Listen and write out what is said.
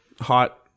hot